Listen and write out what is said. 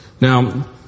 Now